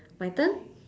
my turn